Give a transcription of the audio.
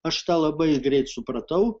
aš tą labai greit supratau